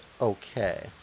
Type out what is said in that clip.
okay